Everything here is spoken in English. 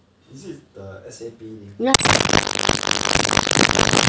is it the S_A_P thing oh